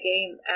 game